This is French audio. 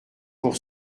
pour